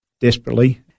desperately